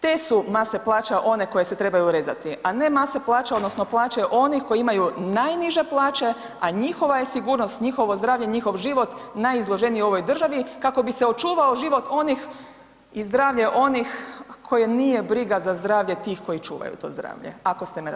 Te su mase plaća one koje se trebaju rezati a ne mase plaća odnosno plaće onih kojih imaju najniže plaće a njihova je sigurnost, njihovo zdravlje, njihov život najizloženiji ovoj državi kako bi se očuvao život onih i zdravlje onih koje nije briga za zdravlje tih koji čuvaju to zdravlje, ako ste me razumjeli.